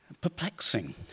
perplexing